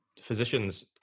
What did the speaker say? physicians